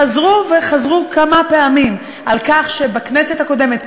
חזרו וחזרו כמה פעמים על כך שבכנסת הקודמת,